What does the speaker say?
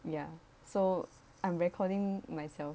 ya so I'm recording myself